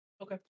okay